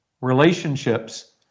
relationships